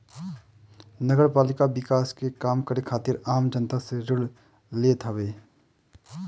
नगरपालिका विकास के काम करे खातिर आम जनता से ऋण लेत हवे